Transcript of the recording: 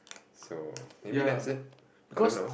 so maybe that's it I don't know